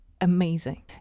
Amazing